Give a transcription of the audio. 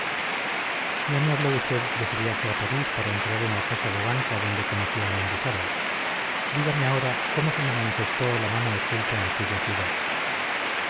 ya me habló usted de su viaje a parís para entrar en la casa de banca donde conoció a mendizábal dígame ahora cómo se le manifestó la mano oculta en aquella ciudad